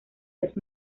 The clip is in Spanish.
los